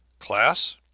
class,